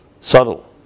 subtle